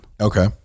Okay